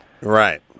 Right